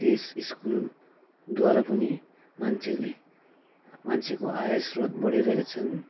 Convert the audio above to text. त्यस स्कुलद्वारा पनि मान्छेले मान्छेको आयस्रोत बढिरहेको छन्